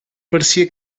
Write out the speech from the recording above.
parecia